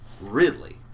Ridley